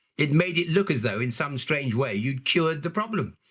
it made it look as though in some strange way you'd cured the problem.